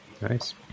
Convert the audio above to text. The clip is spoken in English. Nice